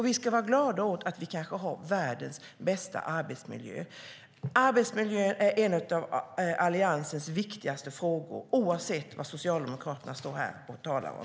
Vi ska glädjas åt att vi har kanske världens bästa arbetsmiljö. Arbetsmiljön är en av Alliansens viktigaste frågor, oavsett vad Socialdemokraterna står här och talar om.